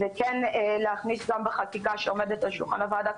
ולהכניס בחקיקה שעומדת על שולחן הוועדה